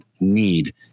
need